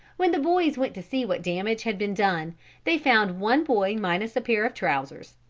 when the boys went to see what damage had been done they found one boy minus a pair of trousers,